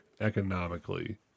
economically